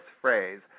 phrase